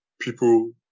people